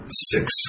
Six